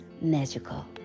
magical